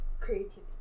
creativity